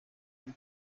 kuri